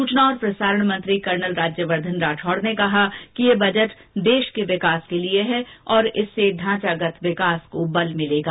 सूचना और प्रसारण मंत्री राज्यवर्दधन राठौड़ ने कहा कि यह बजट देश के विकास के लिए है और इससे ढांचागत विकास को बल मिलेगा